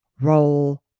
roll